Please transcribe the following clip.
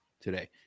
today